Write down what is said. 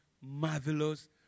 marvelous